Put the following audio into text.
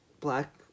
black